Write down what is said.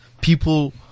people